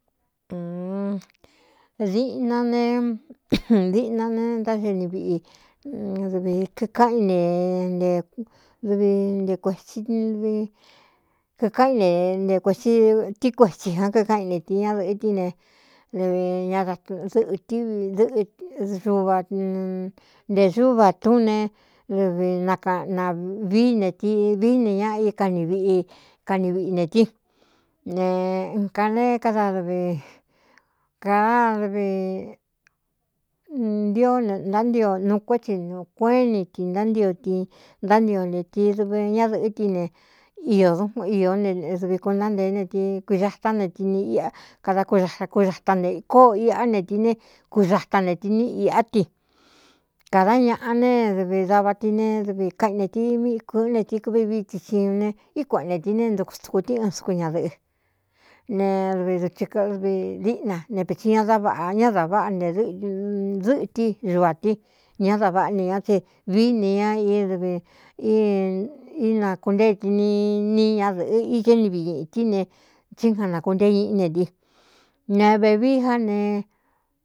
Idiꞌna ne díꞌna ne ntáxe ni viꞌi dɨvi kíkáꞌin ne nedvi nte kuētsivi kíkáꞌin ne nte kuētsi tí kuetsī jan kíkáꞌ in ne tī ñádɨ̄ꞌɨ́ tí ne v ña aɨꞌɨtí ɨꞌɨuva nte xúva tún ne dɨvi na kaꞌna vií ne tí vií ne ña í kani viꞌi kani viꞌi ne tí ne ka ne kada dvi kāda dvi ntío ntántio nuu kué tsi ukuéꞌén ni ti ntántio ti ntántio ne ti dvi ñádɨ̄ꞌɨ́ tí ne iō ió ne dɨvi kuntá nteé ne ti kuixatá ne tini i kada kuxaa kuxata nte kóꞌō iꞌá ne tī ne kuxata ne tīni iꞌá ti kādá ñaꞌa ne dɨvi dava ti ne dɨvi kaꞌin ne tí míꞌī kuɨꞌɨ́n neti kvi vií tsi tsiu ne í kueꞌen ne ti ne ntuku stuku tɨ ɨn sku ñadɨ̄ꞌɨ́ ne dvi dutsi dvi díꞌna ne vitsi ña dá vaꞌa ñá da váꞌa ne ɨdɨ́ꞌtɨ ñuvā tɨ ñá da váꞌa ne ñá tɨ vií ne ña i dv ina kuntée tini ni ñadɨ̄ꞌɨ ité ni viꞌi ñiꞌi tí ne tsí jan nakuntée ñiꞌí ne ti ne vevií já ne.